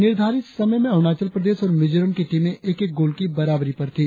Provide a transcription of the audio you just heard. निर्धारित समय में अरुणाचल प्रदेश और मिजोरम की टीमे एक एक गोल की बराबरी पर थी